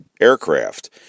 aircraft